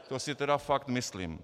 To si tedy fakt myslím.